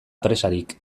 presarik